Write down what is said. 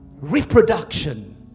reproduction